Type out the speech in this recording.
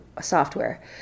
software